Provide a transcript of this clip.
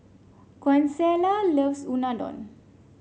Consuelo loves Unadon